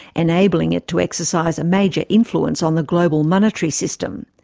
enabling it to exercise a major influence on the global monetary system.